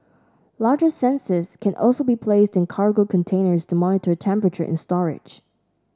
larger sensors can also be placed in cargo containers to monitor temperature in storage